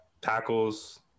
tackles